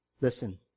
listen